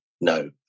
No